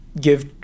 give